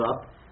up